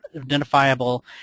identifiable